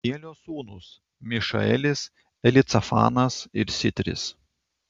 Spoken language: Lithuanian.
uzielio sūnūs mišaelis elicafanas ir sitris